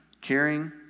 caring